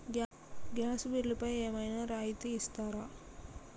Gas బిల్లుపై ఏమైనా రాయితీ ఇస్తారా?